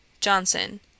Johnson